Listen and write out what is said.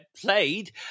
played